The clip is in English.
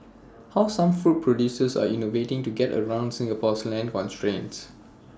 how some food producers are innovating to get around Singapore's land constraints